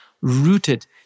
rooted